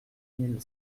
mille